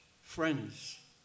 friends